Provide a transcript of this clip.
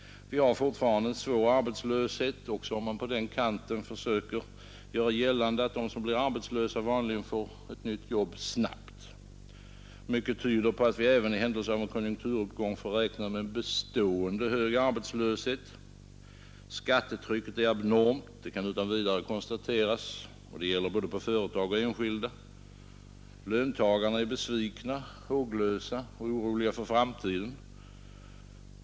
Vi har fortfarande en svår arbetslöshet, också om man från den kanten söker göra gällande att de som blir arbetslösa vanligen får ett nytt jobb snabbt. Mycket tyder på att vi även i händelse av en konjunkturuppgång får räkna med bestående hög arbetslöshet. Skattetrycket är abnormt, det kan utan vidare konstateras, och det gäller både företag och enskilda. Löntagarna är besvikna, håglösa och oroliga för framtiden.